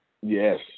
yes